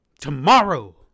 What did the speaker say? Tomorrow